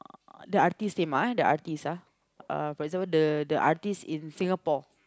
the artiste same ah the artiste ah ah for example the the artiste in Singapore